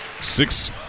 Six